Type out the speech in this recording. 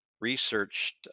researched